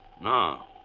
No